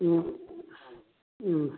ꯎꯝ ꯎꯝ